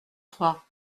trois